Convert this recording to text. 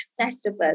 accessible